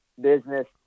business